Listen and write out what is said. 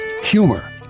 Humor